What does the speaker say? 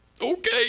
okay